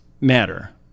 matter